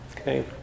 Okay